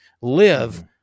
Live